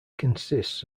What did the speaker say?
consists